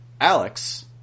Alex